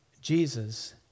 Jesus